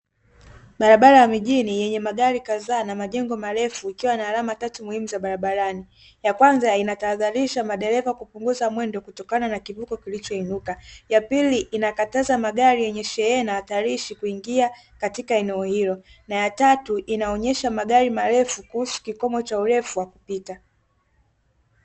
Barabara ya mijini yenye magari kadhaa na majengo marefu, ikiwa na alama tatu muhimu za barabarani. Ya kwanza inatahadharisha madereva kupunguza mwendo kutokana na kivuko kilichoinuka, ya pili inakataza magari yenye shehena hatarishi kuingia katika eneo hilo na ya tatu inaonyesha magari marefu kuhusu kikomo cha urefu wa kupita.